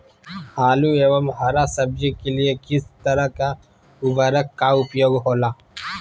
आलू एवं हरा सब्जी के लिए किस तरह का उर्वरक का उपयोग होला?